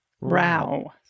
row